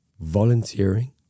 volunteering